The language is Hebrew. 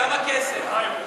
כמה כסף?